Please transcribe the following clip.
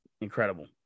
incredible